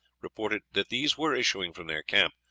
reported that these were issuing from their camp,